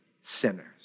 sinners